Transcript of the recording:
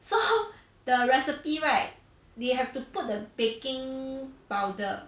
so how the recipe right they have to put the baking powder